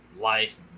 life